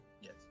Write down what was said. Yes